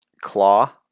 claw